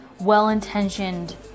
well-intentioned